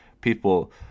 people